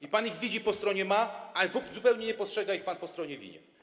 I pan ich widzi po stronie - ma, a zupełnie nie postrzega ich pan po stronie - winien.